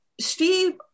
steve